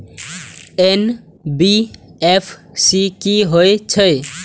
NBFC की हे छे?